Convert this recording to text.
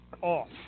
off